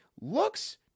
looks